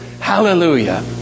Hallelujah